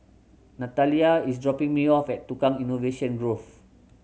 Natalya is dropping me off at Tukang Innovation Grove